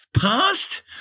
Past